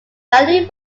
value